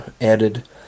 added